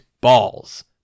Balls